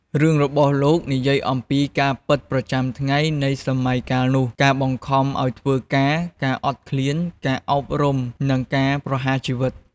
រឿងរបស់លោកនិយាយអំពី ការពិតប្រចាំថ្ងៃនៃសម័យកាលនោះ ការបង្ខំឲ្យធ្វើការ ការអត់ឃ្លាន ការអប់រំ និងការប្រហារជីវិត។